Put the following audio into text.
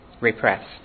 repressed